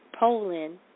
Poland